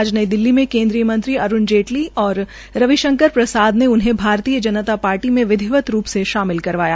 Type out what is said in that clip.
आज नई दिल्ली में केन्द्रीय मंत्री अरूण जेटली और रविशंकर प्रसाद ने उन्हें भारतीय जनता ार्टी में विधिवत रू से शामिल करवाया